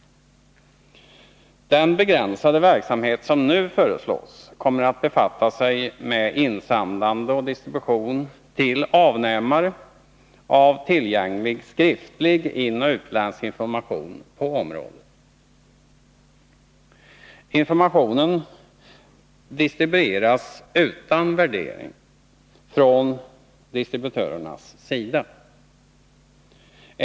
Den begränsade verksamhet som föreslås kommer att befatta sig med insamlande och distribution till avnämare av tillgänglig skriftlig inoch utländsk information på området. Informationen förmedlas utan värdering från distributörernas sida.